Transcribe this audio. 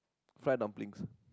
fried dumplings